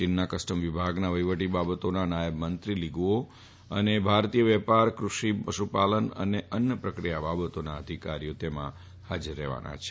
ચીનના કસ્ટમ વિભાગના વહિવટી બાબતોના નાયબ મંત્રી લીગુઓ અને ભારતીય વેપાર દૃષિ પશુપાલન અને અન્ન પ્રકિયા બાબતોના અધિકારીઓ તેમાં ફાજર રહેશે